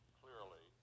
clearly